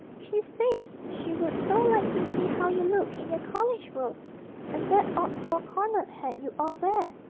she says she would so like to see how you look in your college robes and that odd four-cornered hat you all wear.